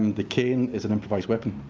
and the cane is an improvised weapon.